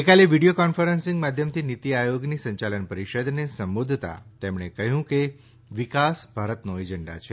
ગઇકાલે video conferencing માધ્યમથી નીતી આયોગની સંચાલન પરીષદને સંબોધતા તેમણે કહ્યું કે વિકાસ ભારતનો એજન્ડા છે